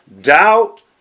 Doubt